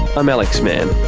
i'm alex mann